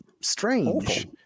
strange